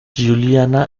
giuliana